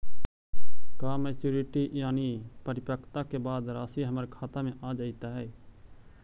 का मैच्यूरिटी यानी परिपक्वता के बाद रासि हमर खाता में आ जइतई?